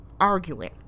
arguing